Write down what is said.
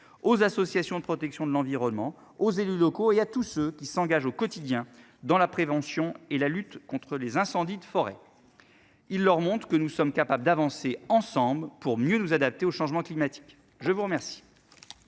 aux associations de protection de l'environnement, aux élus locaux et à tous ceux qui s'engagent au quotidien dans la prévention et la lutte contre les incendies de forêt. Ils leur montrent que nous sommes capables d'avancer ensemble pour mieux nous adapter au changement climatique. Je vous remercie.